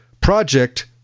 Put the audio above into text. Project